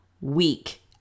week